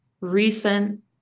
recent